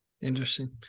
Interesting